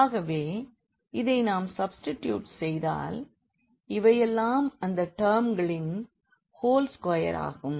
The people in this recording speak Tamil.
ஆகவே இதை நாம் சப்ஸ்டிடியூட் செய்தால் இவையெல்லாம் இந்த டெர்ம்களின் ஹோல் ஸ்கொயர் ஆகும்